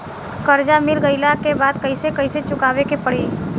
कर्जा मिल गईला के बाद कैसे कैसे चुकावे के पड़ी?